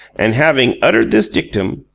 and, having uttered this dictum,